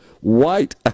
white